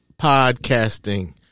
podcasting